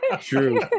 true